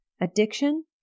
Addiction